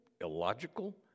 illogical